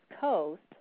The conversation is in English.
coast